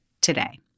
today